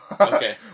Okay